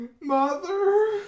Mother